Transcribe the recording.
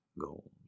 gold